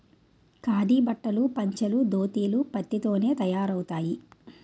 ఖాదీ బట్టలు పంచలు దోతీలు పత్తి తోనే తయారవుతాయి